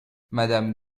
madame